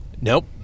Nope